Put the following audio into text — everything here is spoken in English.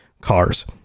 cars